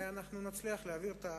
ונצליח להעביר את החוק,